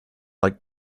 like